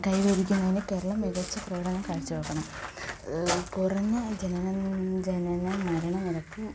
കൈവരിക്കണമെങ്കിൽ കേരളം മികച്ച പ്രകടനം കാഴ്ച്ച വെക്കണം കുറഞ്ഞ ജനന ജനന മരണ നിരക്ക്